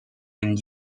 and